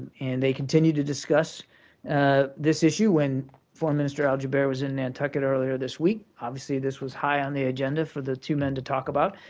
and they continued to discuss ah this issue when foreign minister al-jubeir was in nantucket earlier this week. obviously, this was high on the agenda for the two men to talk about.